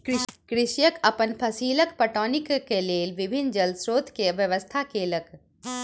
कृषक अपन फसीलक पटौनीक लेल विभिन्न जल स्रोत के व्यवस्था केलक